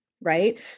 Right